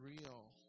real